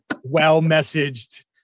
well-messaged